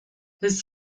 his